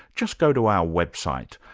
just go to our website.